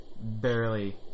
barely